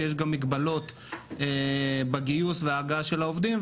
כי יש גם מגבלות בגיוס ובהגעה של העובדים.